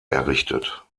errichtet